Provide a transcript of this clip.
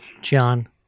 John